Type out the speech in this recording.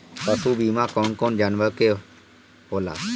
पशु बीमा कौन कौन जानवर के होला?